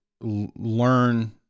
learn